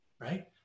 right